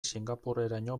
singapurreraino